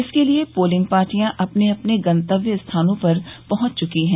इसके लिए पोलिंग पार्टियां अपने अपने गंतव्य स्थानों पर पहुंचने चुकी हैं